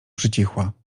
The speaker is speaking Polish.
przycichła